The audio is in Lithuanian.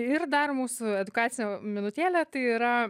ir dar mūsų edukacinė minutėlė tai yra